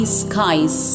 skies